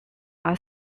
are